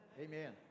Amen